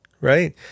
right